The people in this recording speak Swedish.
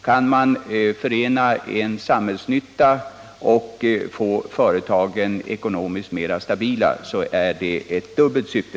Kan man förena en samhällsnytta med att få företagen mera stabila, så har man uppnått ett dubbelt syfte.